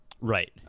right